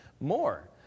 more